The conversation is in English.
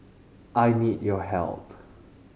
I need your help